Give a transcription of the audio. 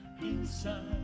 Inside